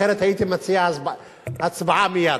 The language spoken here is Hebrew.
אחרת הייתי מציע הצבעה מייד.